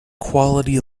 quality